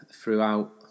throughout